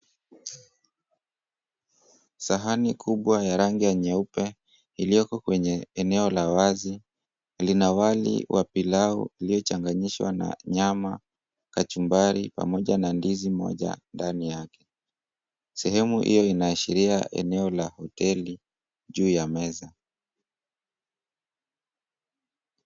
Sahani kubwa ya rangi ya nyeupe ilioko kwenye eneo la wazi, lina wali wa pilau iliyochanganyishwa na nyama , kachumbari pamoja na ndizi moja ndani yake. Sehemu hiyo inaashiria eneo la hoteli juu ya meza.